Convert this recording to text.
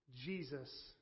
Jesus